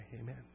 Amen